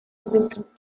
resistant